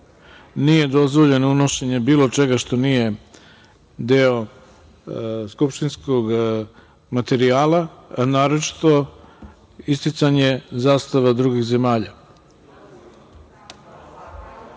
Nije dozvoljeno unošenje bilo čega što nije deo skupštinskog materijala, a naročito isticanje zastava drugih zemalja. Zamolio